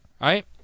right